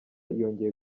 yongeye